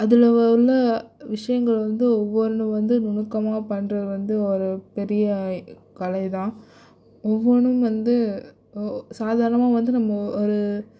அதில் உள்ள விஷயங்கள் வந்து ஒவ்வொன்றும் வந்து நுணுக்கமாக பண்றது வந்து ஒரு பெரிய கலைதான் ஒவ்வொன்றும் வந்து சாதாரணமாக வந்து நம்ம ஒரு